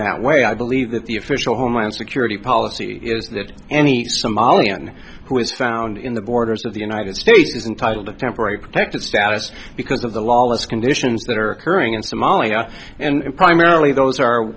that way i believe that the official homeland security policy is that any somalian who is found in the borders of the united states is entitled to temporary protected status because of the lawless conditions that are occurring in somalia and primarily those are